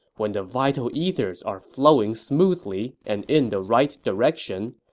when the vital ethers are flowing smoothly and in the right direction,